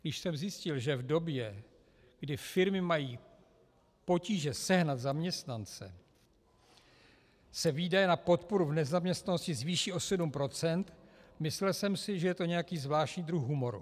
Když jsem zjistil, že v době, kdy firmy mají potíže sehnat zaměstnance, se výdaje na podporu v nezaměstnanosti zvýší o 7 %, myslel jsem si, že je to nějaký zvláštní druh humoru.